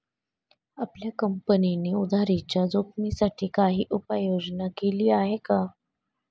आपल्या कंपनीने उधारीच्या जोखिमीसाठी काही उपाययोजना केली आहे का?